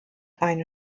eine